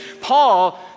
Paul